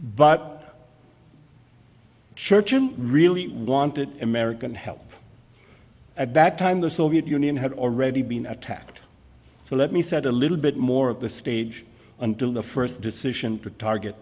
i'm really wanted american help at that time the soviet union had already been attacked so let me set a little bit more of the stage until the first decision to target